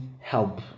help